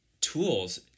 tools